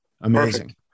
Amazing